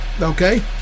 Okay